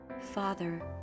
Father